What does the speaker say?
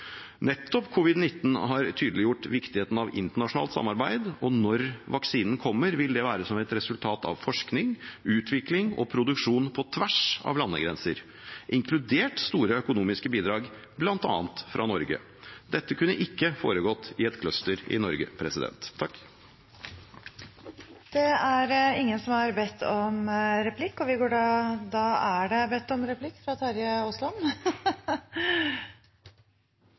Nettopp covid-19 har tydeliggjort viktigheten av internasjonalt samarbeid, og når vaksinen kommer, vil det være som et resultat av forskning, utvikling og produksjon på tvers av landegrenser, inkludert store økonomiske bidrag bl.a. fra Norge. Dette kunne ikke foregått i et cluster i Norge. Det blir replikkordskifte. Det er jo ingen av oss som står bak dette forslaget, som i utgangspunktet har